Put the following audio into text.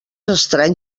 estrany